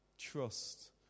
trust